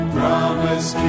Promise